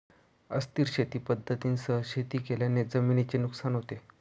अस्थिर शेती पद्धतींसह शेती केल्याने जमिनीचे नुकसान होते